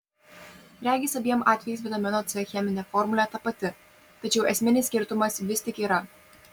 regis abiem atvejais vitamino c cheminė formulė ta pati tačiau esminis skirtumas vis tik yra